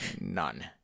None